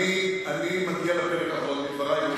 עכשיו אני מגיע לפרק האחרון בדברי.